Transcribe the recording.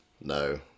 No